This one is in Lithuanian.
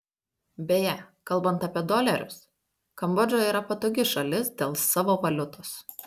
beje kalbant apie dolerius kambodža yra patogi šalis dėl savo valiutos